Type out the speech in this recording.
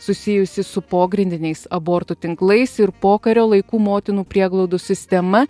susijusį su pogrindiniais abortų tinklais ir pokario laikų motinų prieglaudų sistema